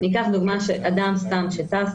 ניקח דוגמה של אדם סתם שטס,